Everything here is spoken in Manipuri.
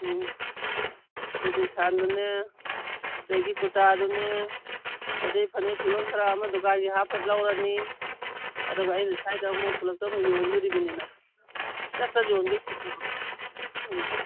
ꯎꯝ ꯑꯗꯨꯗꯤ ꯁꯥꯜꯗꯨꯅꯦ ꯑꯗꯒꯤ ꯀꯨꯔꯇꯥꯗꯨꯅꯦ ꯑꯗꯒꯤ ꯐꯅꯦꯛ ꯐꯤꯔꯣꯟ ꯈꯔ ꯑꯃ ꯗꯨꯀꯥꯟꯒꯤ ꯍꯥꯞꯄ ꯂꯧꯔꯅꯤ ꯑꯗꯨꯒ ꯑꯩꯅ ꯁꯥꯏꯗ ꯑꯃꯨꯛ ꯈꯨꯜꯂꯛꯇ ꯌꯣꯟꯗꯣꯔꯤꯕꯅꯤꯅ ꯆꯠꯄ ꯌꯣꯟꯗꯣꯔꯤꯕꯅꯦꯕ ꯎꯝ